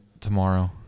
tomorrow